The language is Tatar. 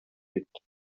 бит